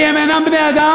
כי הם אינם בני-אדם,